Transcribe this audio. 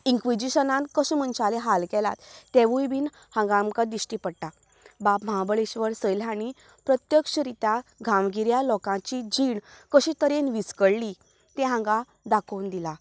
इन्क्विजिशनान कशें मनशाले हाल केल्यात तेंवूय बी हांगा आमकां दिश्टी पडता बाब महाबळेश्वर सैल हांणी प्रत्यक्ष रित्या गांवगिऱ्यां लोकांची जीण कशीं तरेन विस्कळली तें हांगा दाखोन दिला